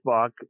fuck